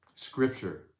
Scripture